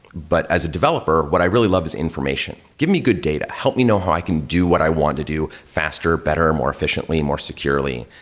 but as a developer, what i really love is information. give me good data. help me know how i can do what i want to do faster, better, more efficiently and more securely.